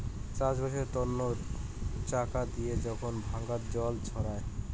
চাষবাসের তন্ন চাকা দিয়ে যখন ডাঙাতে জল ছড়ায়